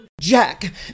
Jack